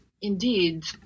indeed